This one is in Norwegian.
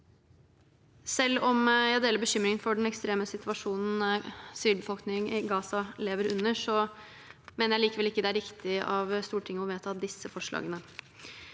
Selv om jeg deler bekymringen for den ekstreme situasjonen sivilbefolkningen i Gaza lever under, mener jeg likevel ikke det er riktig av Stortinget å vedta disse forslagene.